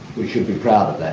we should be proud